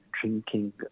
drinking